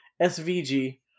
SVG